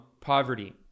poverty